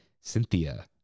Cynthia